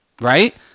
right